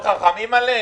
אתם חכמים עליהם?